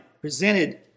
presented